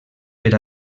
per